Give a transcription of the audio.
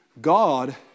God